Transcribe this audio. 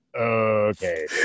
okay